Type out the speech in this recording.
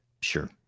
sure